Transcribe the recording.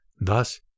Thus